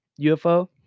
UFO